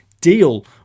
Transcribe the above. deal